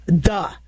duh